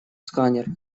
сканер